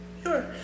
Sure